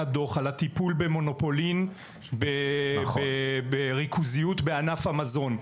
דוח על הטיפול במונופולים בריכוזיות בענף המזון.